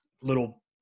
little